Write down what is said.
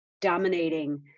dominating